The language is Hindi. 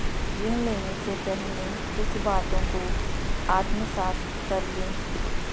ऋण लेने से पहले कुछ बातों को आत्मसात कर लें